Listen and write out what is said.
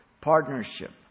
partnership